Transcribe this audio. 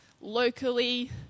locally